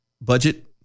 budget